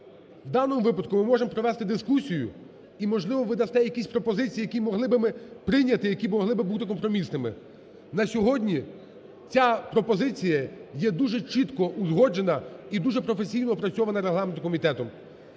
в даному випадку ми можемо провести дискусію і, можливо, ви дасте якісь пропозиції, які могли би ми прийняти, які би могли би бути компромісними. На сьогодні ця пропозиція є дуже чітко узгоджена і дуже професійно опрацьована регламентним комітетом.